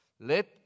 let